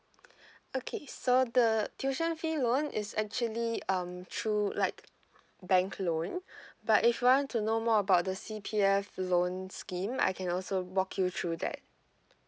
okay so the the tuition fee loan is actually um through like bank loan but if you want to know more about the C_P_F loan scheme I can also walk you through that